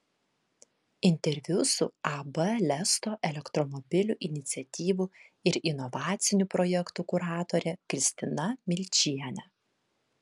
interviu su ab lesto elektromobilių iniciatyvų ir inovacinių projektų kuratore kristina milčiene